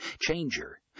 Changer